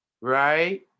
right